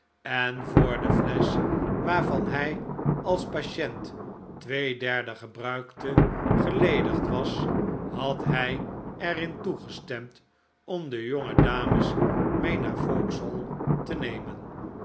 en voor de flesch waarvan hij als patient twee derde gebruikte geledigd was had hij er in toegestemd om de jonge dames mee naar vauxhall te nemen